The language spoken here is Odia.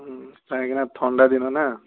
କାହିଁକି ନା ଥଣ୍ଡାଦିନ ନା